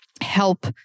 help